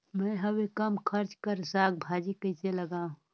मैं हवे कम खर्च कर साग भाजी कइसे लगाव?